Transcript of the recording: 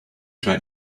try